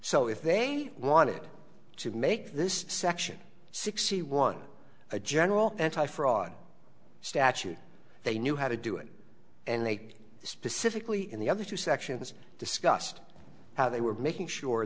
so if they wanted to make this section sixty one a general anti fraud statute they knew how to do it and they specifically in the other two sections discussed how they were making sure